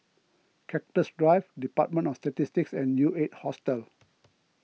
Cactus Drive Department of Statistics and U eight Hostel